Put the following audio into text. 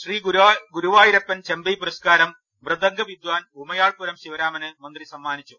ശീ ഗുരുവായൂരപ്പൻ ചെമ്പൈ പുരസ്കാരം മൃദംഗവിദ്വാൻ ഉമയാൾപുരം ശിവരാമന് മന്ത്രി സമ്മാനിച്ചു